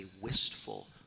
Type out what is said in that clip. wistful